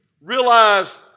realize